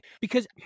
because-